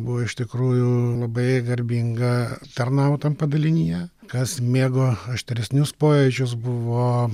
buvo iš tikrųjų labai garbinga tarnaut tam padalinyje kas mėgo aštresnius pojūčius buvo